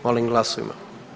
Molim glasujmo.